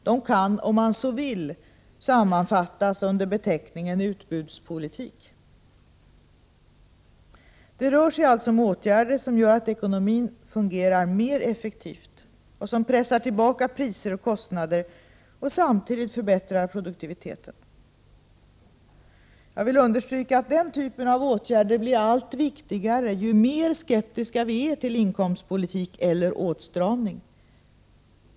De kan, om man så vill, sammanfattas under beteckningen ”utbudspolitik”. Det rör sig alltså om åtgärder som gör att ekonomin fungerar mer effektivt och som pressar tillbaka priser och kostnader och samtidigt förbättrar produktiviteten. Jag vill understryka att den typen av åtgärder blir allt viktigare ju mer skeptiska vi är till inkomstpolitik eller åtstramning.